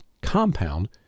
compound